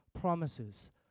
promises